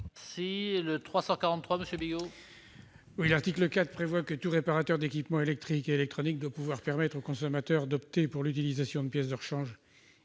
est à M. Joël Bigot. L'article 4 prévoit que tout réparateur d'équipements électriques et électroniques doit permettre au consommateur d'opter pour l'utilisation de pièces de rechange